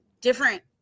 different